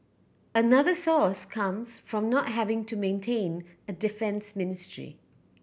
another source comes from not having to maintain a defence ministry